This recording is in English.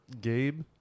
Gabe